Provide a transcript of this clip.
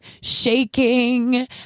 shaking